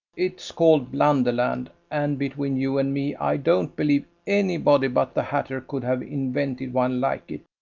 it's called blunderland and between you and me i don't believe anybody but the hatter could have invented one like it.